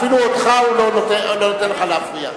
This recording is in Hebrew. אפילו לך הוא לא נותן להפריע.